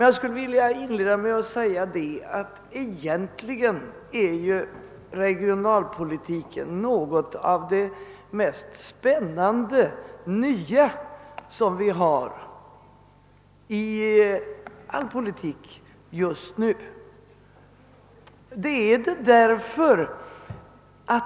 Jag skulle vilja inleda med att säga att regionalpolitiken egentligen är något av det mest intressanta nya som har hänt i svensk politik.